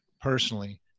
personally